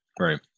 right